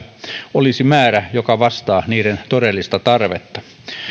olisi määrä joka vastaa niiden todellista tarvetta